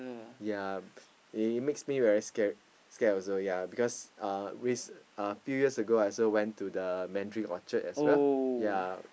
ya they makes me very scared scared also ya because uh recent uh few years ago I also went to the Mandarin-Orchard as well ya